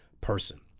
person